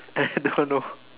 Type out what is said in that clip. I don't know